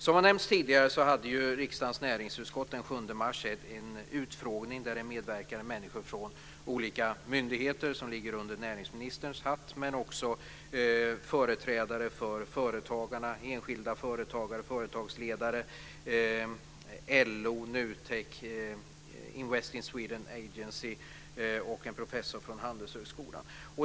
Som har nämnts tidigare hade riksdagens näringsutskott den 7 mars en utfrågning då människor från olika myndigheter som ligger under näringsministerns hatt medverkade men också företrädare för företagarna, enskilda företagare, företagsledare, LO, NUTEK, Invest In Sweden Agency och en professor från Handelshögskolan.